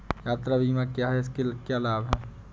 यात्रा बीमा क्या है इसके क्या लाभ हैं?